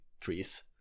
trees